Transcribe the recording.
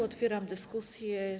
Otwieram dyskusję.